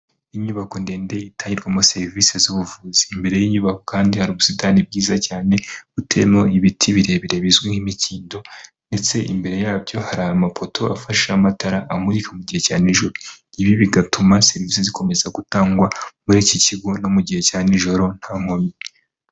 Inyubako ndende itagirwarwamo serivisi z'ubuvuzi. Imbere y'inyubako kandi hari ubusitani bwiza cyane butewemo ibiti birebire bizwi nk'imikindo ndetse imbere yabyo hari amapoto afasheho amatara amurika mu gihe cya nijoro. Ibi bigatuma serivisi zikomeza gutangwa muri iki kigo no mu gihe cya nijoro nta nkomyi.